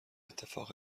اتفاق